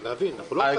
להבין, אנחנו לא חלק.